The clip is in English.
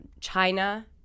China